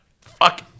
Fuck